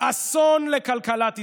אסון לכלכלת ישראל.